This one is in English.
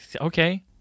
okay